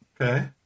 Okay